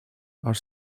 are